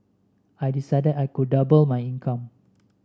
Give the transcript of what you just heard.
I decided I could double my income